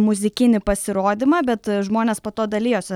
muzikinį pasirodymą bet žmonės po to dalijosi